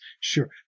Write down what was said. sure